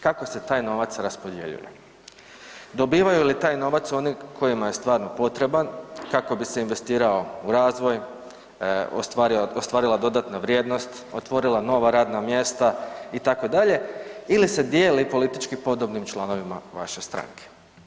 Kako se taj novac raspodjeljuje, dobivaju li taj novac oni kojima je stvarno potreban kako bi se investirao u razvoj, ostvarila dodatna vrijednost, otvorila nova radna mjesta itd., ili se dijeli politički podobnim članovima vaše stranke?